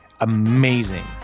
Amazing